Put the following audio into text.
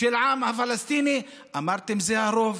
של העם הפלסטיני, אמרתם: זה הרוב.